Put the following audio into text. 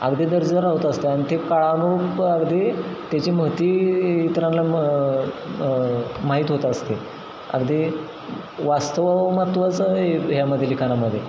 अगदी दर्जेदार होत असते आणि ते काळानूक अगदी त्याची महती इतरांना म माहीत होत असते अगदी वास्तव महत्त्वाचं आहे ह्यामध्ये लिखाणामध्ये